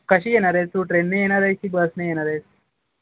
कशी येणार आहेस तू ट्रेनने येणार आहे की बसने येणार आहेस